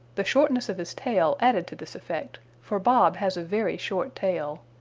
the shortness of his tail added to this effect, for bob has a very short tail.